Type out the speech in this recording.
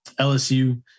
LSU